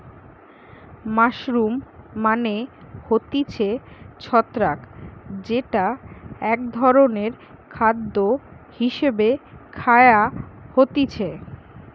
mushroom মানে হতিছে ছত্রাক যেটা এক ধরণের খাদ্য হিসেবে খায়া হতিছে